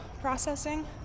processing